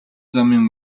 замын